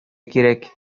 кирәк